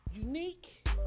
unique